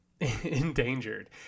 endangered